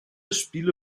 spiele